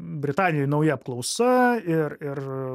britanijoj nauja apklausa ir ir